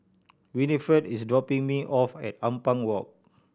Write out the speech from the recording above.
Winnifred is dropping me off at Ampang Walk